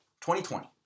2020